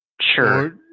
Sure